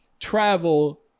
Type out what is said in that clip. travel